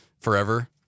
forever